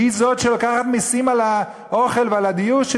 היא זאת שלוקחת מסים על האוכל ועל הדיור שלי